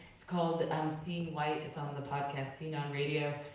it's called um seeing white, it's on the podcast scene on radio.